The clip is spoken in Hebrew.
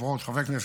חברות וחברי הכנסת,